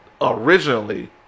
originally